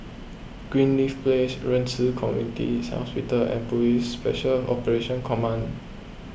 Greenleaf Place Ren Ci Community Hospital and Police Special Operations Command